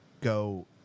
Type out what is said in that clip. go